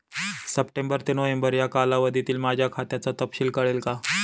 September ते नोव्हेंबर या कालावधीतील माझ्या खात्याचा तपशील कळेल का?